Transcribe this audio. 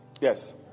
Yes